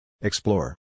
Explore